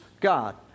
God